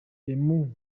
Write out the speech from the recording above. emu